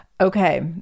Okay